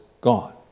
gone